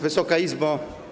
Wysoka Izbo!